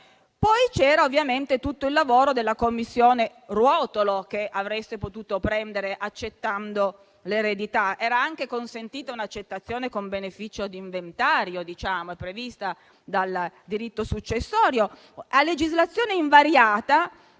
Poi c'era ovviamente tutto il lavoro della Commissione Ruotolo, che avreste potuto prendere accettando l'eredità; era anche consentita un'accettazione con beneficio d'inventario, prevista dal diritto successorio. A legislazione invariata,